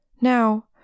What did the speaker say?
Now